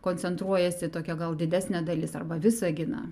koncentruojasi tokia gal didesnė dalis arba visaginą